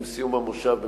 עם סיום המושב,